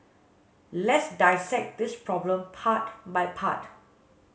let's dissect this problem part by part